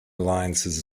alliances